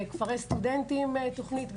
כפרי סטודנטים תוכנית גדולה,